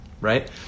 right